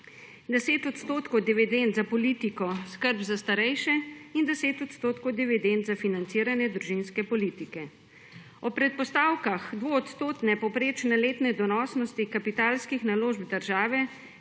10 % dividend za politiko skrb za starejše in 10 % dividend za financiranje družinske politike. Ob predpostavkah dvoodstotne povprečne letne donosnosti kapitalskih naložb države,